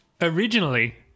originally